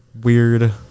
weird